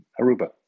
Aruba